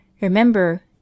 Remember